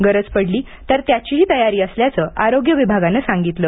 गरज पडली तर त्याचीही तयारी असल्याचं आरोग्य विभागानं सांगितलं